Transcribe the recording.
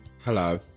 Hello